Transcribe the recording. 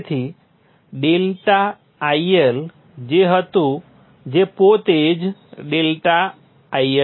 તેથી ∆IL જે હતું જે પોતે જ ∆IL છે